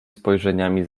spojrzeniami